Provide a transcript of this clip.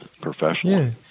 professionally